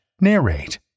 narrate